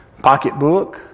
pocketbook